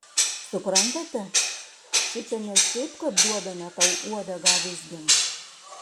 suprantate šičia ne šiaip kad duodame tau uodegą vizgint